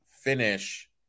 finish